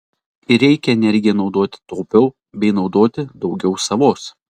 ir reikia energiją naudoti taupiau bei naudoti daugiau savos